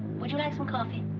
would you like some coffee?